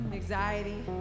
anxiety